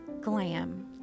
Glam